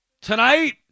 Tonight